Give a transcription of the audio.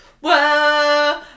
Whoa